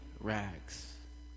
rags